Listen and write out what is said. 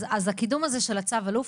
אז הקידום הזה של צו האלוף,